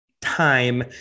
time